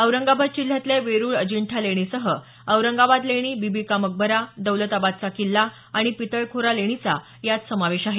औरंगाबाद पर्यटकासाठी जिल्ह्यातल्या वेरुळ अजिंठा लेणीसह औरंगाबाद लेणी बिबि का मकबरा दौलताबादचा किल्ला आणि पितळखोरा लेणीचा यात समावेश आहे